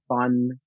fun